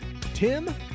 Tim